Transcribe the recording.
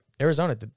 Arizona